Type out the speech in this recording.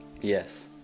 Yes